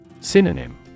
Synonym